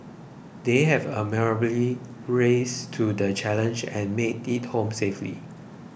they have admirably risen to the challenge and made it home safely